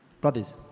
Brothers